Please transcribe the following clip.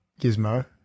Gizmo